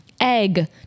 egg